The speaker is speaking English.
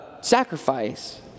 sacrifice